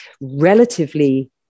relatively